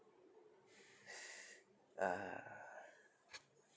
ah